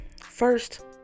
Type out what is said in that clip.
First